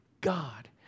God